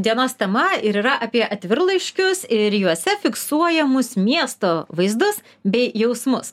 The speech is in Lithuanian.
dienos tema ir yra apie atvirlaiškius ir juose fiksuojamus miesto vaizdus bei jausmus